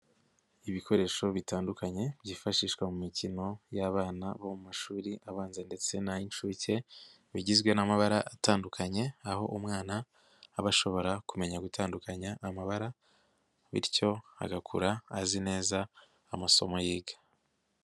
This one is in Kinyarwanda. Ibikoresho bitandukanye byifashishwa mu mikino y'abana bo mu mashuri abanza ndetse n'ay'inshuke bigizwe n'amabara atandukanye aho umwana aba ashobora kumenya gutandukanya amabara bityo agakura azi neza amasomo yiga.